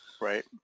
Right